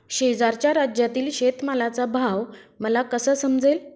शेजारच्या राज्यातील शेतमालाचा भाव मला कसा समजेल?